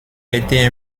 été